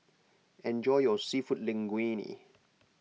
enjoy your Seafood Linguine